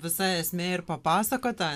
visa esmė ir papasakota